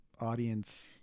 audience